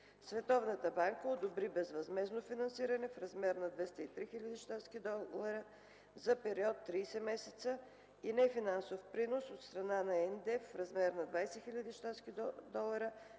Световната банка одобри безвъзмездно финансиране в размер на 203 000 щатски долара за период 30 месеца и нефинансов принос от страна на Националния доверителен